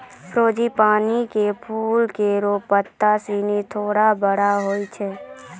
frangipani क फूल केरो पत्ता सिनी थोरो बड़ो होय छै